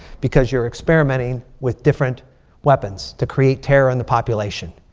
because you're experimenting with different weapons to create terror in the population.